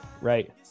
right